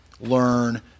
learn